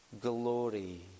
glory